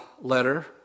letter